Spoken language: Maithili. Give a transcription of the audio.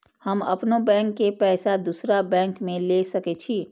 हम अपनों बैंक के पैसा दुसरा बैंक में ले सके छी?